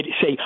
say